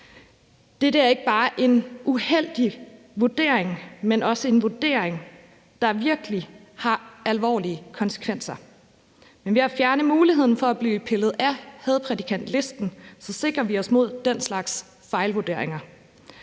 Dette er ikke bare en uheldig vurdering, men også en vurdering, der virkelig har alvorlige konsekvenser. Ved at fjerne muligheden for at blive pillet af hadprædikantlisten sikrer vi os mod den slags fejlvurderinger.